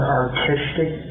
artistic